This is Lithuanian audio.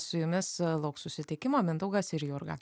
su jumis lauks susitikimo mindaugas ir jurga